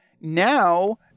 now